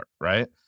right